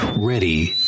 ready